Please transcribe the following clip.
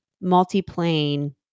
multi-plane